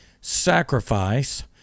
sacrifice